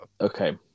Okay